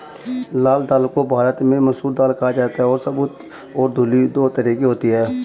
लाल दाल को भारत में मसूर दाल कहा जाता है और साबूत और धुली दो तरह की होती है